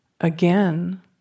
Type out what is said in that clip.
again